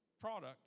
product